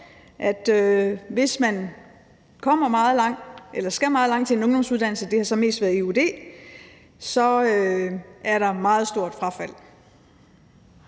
Hvis man skal meget langt for at komme til en ungdomsuddannelse – det har så mest været eud – er der et meget stort frafald.